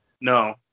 No